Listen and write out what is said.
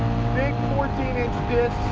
big fourteen inch discs,